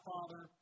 Father